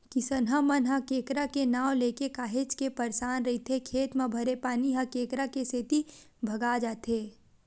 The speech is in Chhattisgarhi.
किसनहा मन ह केंकरा के नांव लेके काहेच के परसान रहिथे खेत म भरे पानी ह केंकरा के सेती भगा जाथे